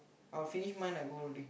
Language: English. I'll finish mine I'll go already